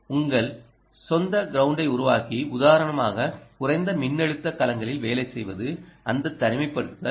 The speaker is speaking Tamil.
உங்கள் சொந்த கிரவுண்டை உருவாக்கி உதாரணமாக குறைந்த மின்னழுத்த களங்களில் வேலை செய்வது அந்த தனிமைப்படுத்தல் அல்ல